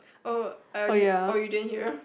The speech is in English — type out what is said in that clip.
oh are you oh you didn't hear